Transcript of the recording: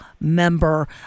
member